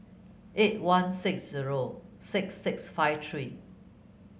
eight one six zero six six five three